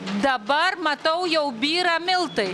dabar matau jau byra miltai